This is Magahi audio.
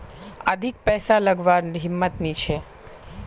अधिक पैसा लागवार हिम्मत नी छे